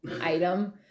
item